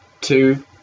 two